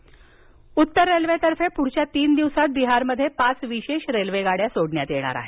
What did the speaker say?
railway उत्तर रेल्वेतर्फे पुढच्या तीन दिवसात बिहारमध्ये पाच विशेष रेल्वेगाड्या सोडण्यात येणार आहेत